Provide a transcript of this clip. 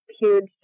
huge